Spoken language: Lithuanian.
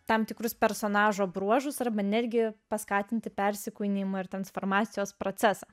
tam tikrus personažo bruožus arba netgi paskatinti persikūnijimo ir transformacijos procesą